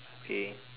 k